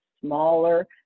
smaller